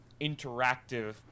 interactive